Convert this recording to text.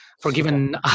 forgiven